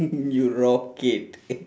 you rocket